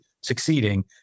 succeeding